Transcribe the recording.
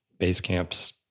Basecamp's